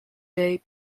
day